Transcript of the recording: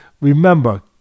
remember